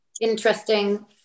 interesting